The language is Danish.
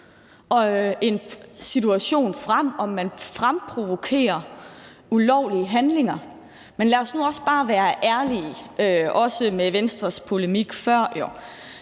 en situation frem, altså om man fremprovokerer ulovlige handlinger. Men lad os nu også bare være ærlige, også i forhold til Venstres polemik før.